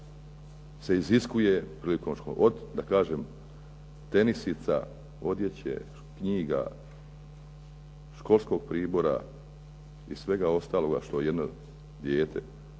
se iziskuje prilikom školovanja od da kažem tenisica, odjeće, knjiga, školskog pribora i svega ostaloga što jedno dijete